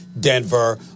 Denver